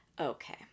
Okay